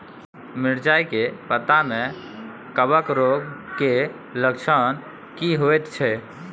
मिर्चाय के पत्ता में कवक रोग के लक्षण की होयत छै?